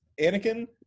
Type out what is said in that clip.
Anakin